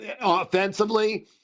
offensively